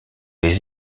les